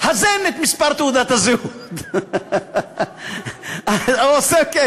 הזן את מספר תעודת הזהות, או סולמית.